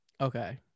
Okay